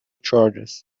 charges